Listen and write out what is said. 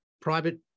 private